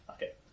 Okay